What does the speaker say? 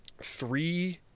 three